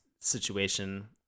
situation